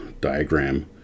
Diagram